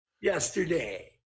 yesterday